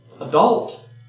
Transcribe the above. adult